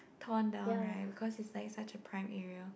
torn down right because it's like such a prime area